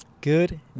Good